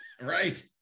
Right